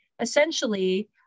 essentially